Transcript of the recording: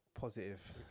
positive